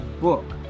book